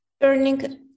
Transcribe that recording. Turning